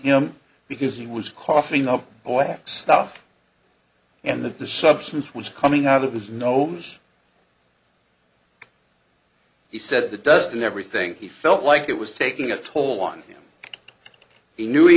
him because he was coughing up oil stuff and that the substance was coming out of his nose he said the dust and everything he felt like it was taking a toll on him he knew he